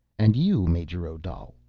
and you, major odal,